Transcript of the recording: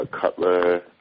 Cutler